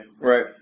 Right